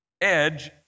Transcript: edge